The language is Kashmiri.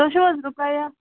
تُہۍ چھِو حظ رُقیہ